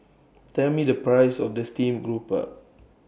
Tell Me The Price of The Steamed Grouper